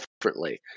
differently